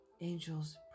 angels